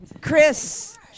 Chris